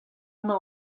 mañ